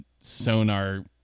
sonar